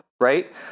right